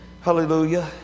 Hallelujah